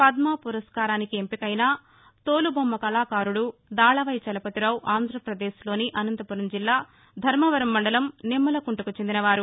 పద్మ పురస్కారానికి ఎంపికైన తోలు బొమ్మ కళాకారుడు దళవాయి చలపతిరావు ఆంధ్రపదేశ్ లోని అనంతపురం జిల్లా ధర్మవరం మండలం నిమ్మలకుంటకు చెందిన వారు